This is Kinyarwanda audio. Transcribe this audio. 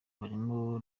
barimo